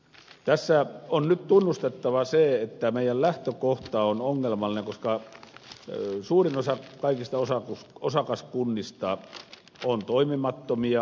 tässä on nyt tunnustettava se että meidän lähtökohtamme on ongelmallinen koska suurin osa kaikista osakaskunnista on toimimattomia